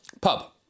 Pub